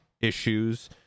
issues